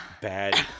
bad